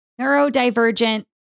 neurodivergent